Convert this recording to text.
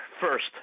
first